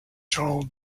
joel